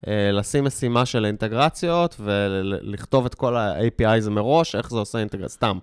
לשים משימה של אינטגרציות ולכתוב את כל ה-API זה מראש, איך זה עושה אינטגר... סתם.